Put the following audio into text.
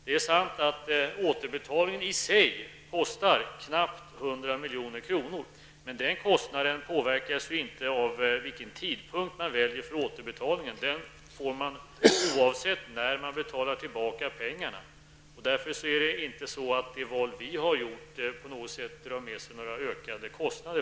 Det är sant att återbetalningen i sig kostar knappt 100 milj.kr. Den kostnaden påverkas dock inte av vilken tidpunkt man väljer för återbetalningen. Den kostnaden uppstår oavsett när man betalar tillbaka pengarna. Vi har således inte ådragit staten några ökade kostnader.